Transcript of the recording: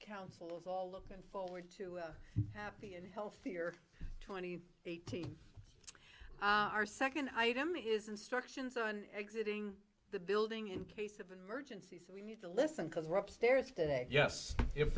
council is all looking forward to a happy and healthier twenty eighteen our second item is instructions on exiting the building in case of an emergency so we need to listen because we're up stairs today yes if